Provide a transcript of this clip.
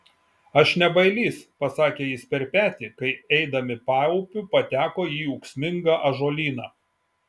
aš ne bailys pasakė jis per petį kai eidami paupiu pateko į ūksmingą ąžuolyną